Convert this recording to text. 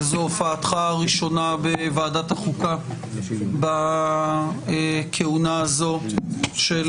זו הופעתך הראשונה בוועדת חוקה בכהונה הזו של